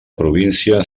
província